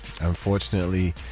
unfortunately